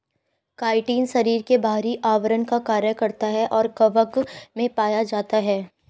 chitin शरीर के बाहरी आवरण का कार्य करता है और कवक में पाया जाता है